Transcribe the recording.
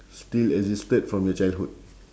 still existed from your childhood